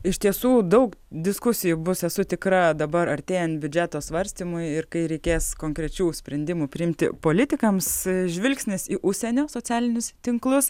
iš tiesų daug diskusijų bus esu tikra dabar artėjant biudžeto svarstymui ir kai reikės konkrečių sprendimų priimti politikams žvilgsnis į užsienio socialinius tinklus